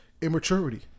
immaturity